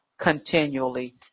continually